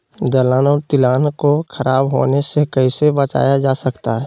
दलहन और तिलहन को खराब होने से कैसे बचाया जा सकता है?